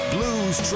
Blues